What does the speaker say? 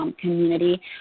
community